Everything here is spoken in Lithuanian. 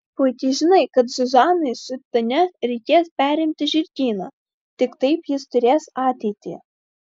puikiai žinai kad zuzanai su tania reikės perimti žirgyną tik taip jis turės ateitį